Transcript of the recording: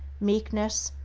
meekness,